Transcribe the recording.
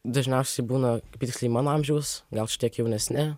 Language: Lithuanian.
dažniausiai būna apytiksliai mano amžiaus gal šiek tiek jaunesni